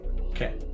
Okay